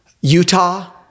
Utah